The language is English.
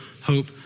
hope